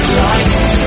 light